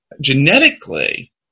genetically